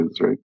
right